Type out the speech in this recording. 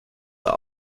are